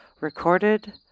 recorded